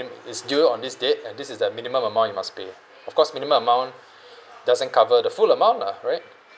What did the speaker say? is due on this date and this is the minimum amount you must pay of course minimum amount doesn't cover the full amount lah right